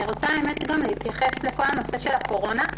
אני רוצה להתייחס לכל נושא הקורונה.